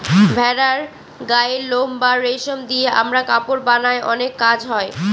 ভেড়ার গায়ের লোম বা রেশম দিয়ে আমরা কাপড় বানায় অনেক কাজ হয়